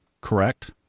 Correct